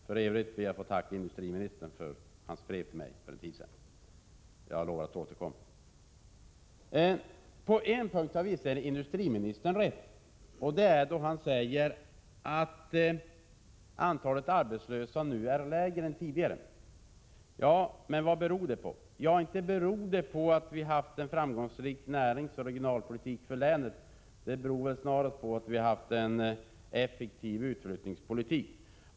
— För Övrigt ber jag att få tacka industriministern för hans brev till mig för en tid sedan. Jag har lovat att återkomma. På en punkt har industriministern visserligen rätt. Det är då han säger att antalet arbetslösa nu är lägre än tidigare. Ja, men vad beror det på? Inte beror det på att vi haft en framgångsrik näringsoch regionalpolitik för länet. Det beror snarast på att vi har en effektiv utflyttningspolitik.